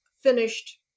finished